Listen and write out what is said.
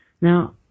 Now